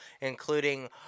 including